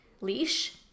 leash